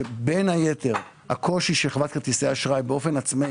שבין היתר הקושי של חברת כרטיסי אשראי באופן עצמאי